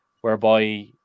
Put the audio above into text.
whereby